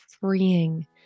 freeing